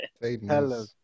Hello